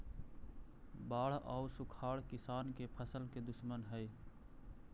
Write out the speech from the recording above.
बाढ़ आउ सुखाड़ किसान के फसल के दुश्मन हइ